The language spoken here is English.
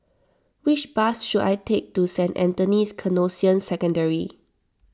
which bus should I take to Saint Anthony's Canossian Secondary